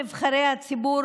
הציבור,